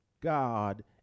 God